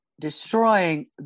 destroying